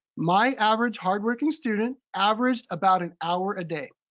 my average hard working student averaged about an hour a day